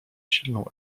silną